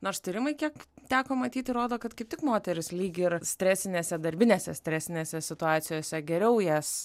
nors tyrimai kiek teko matyti rodo kad kaip tik moterys lygi ir stresinėse darbinėse stresinėse situacijose geriau jas